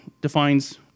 defines